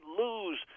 lose